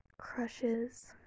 crushes